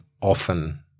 often –